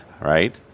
right